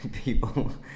people